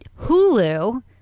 Hulu